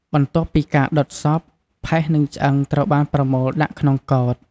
បន្ទាប់ពីការដុតសព ផេះនិងឆ្អឹងត្រូវបានប្រមូលដាក់ក្នុងកោដ្ឋ។